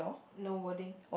no wording